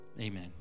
Amen